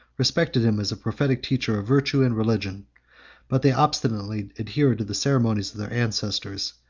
respected him as a prophetic teacher of virtue and religion but they obstinately adhered to the ceremonies of their ancestors,